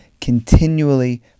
continually